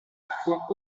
parfois